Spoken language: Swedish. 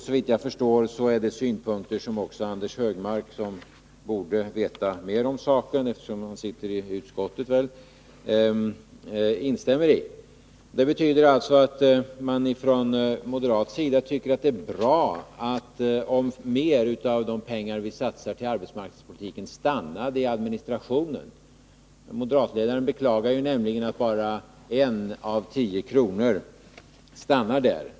Såvitt jag förstår är det synpunkter som Anders Högmark — han borde veta mer om saken, eftersom han sitter i utskottet — instämmer i. Det betyder alltså att man från moderat sida tycker att det är bra att mer av de pengar vi satsar till arbetsmarknadspolitiken stannar vid administrationen. Moderatledaren beklagar nämligen att bara 1 av 10 kronor stannar där.